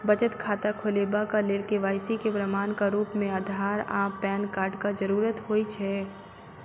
बचत खाता खोलेबाक लेल के.वाई.सी केँ प्रमाणक रूप मेँ अधार आ पैन कार्डक जरूरत होइ छै